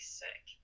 sick